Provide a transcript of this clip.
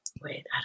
Wait